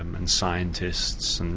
um and scientists,